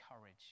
courage